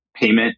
payment